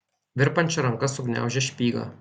virpančia ranka sugniaužė špygą